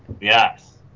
Yes